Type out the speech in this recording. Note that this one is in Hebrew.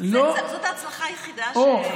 זאת ההצלחה היחידה שיש?